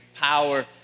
power